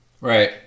Right